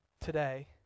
today